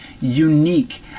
unique